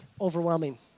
overwhelming